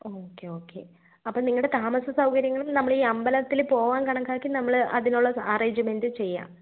okay okay അപ്പം നിങ്ങളുടെ താമസസൗകര്യങ്ങൾ നമ്മളീ അമ്പലത്തിൽ പോവാൻ കണക്കാക്കി നമ്മൾ അതിനുള്ള സ അറേഞ്ച്മെൻറ് ചെയ്യാം